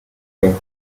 gehen